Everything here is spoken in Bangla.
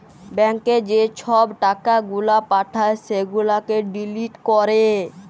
ব্যাংকে যে ছব টাকা গুলা পাঠায় সেগুলাকে ডিলিট ক্যরে